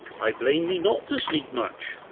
i blame thee not to sleep much,